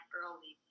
early